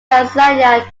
tanzania